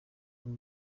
uyu